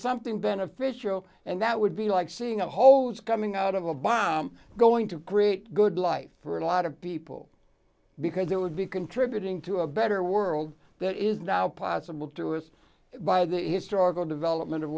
something beneficial and that would be like seeing a hole is coming out of a bomb going to create good life for a lot of people because that would be contributing to a better world that is now possible to us by the historical development of